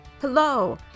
Hello